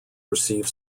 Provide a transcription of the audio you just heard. receive